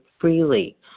freely